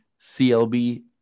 CLB